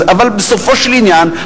אבל בסופו של עניין,